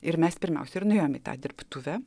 ir mes pirmiausia ir nuėjome į tą dirbtuvę